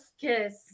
kiss